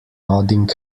nodding